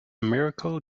miracle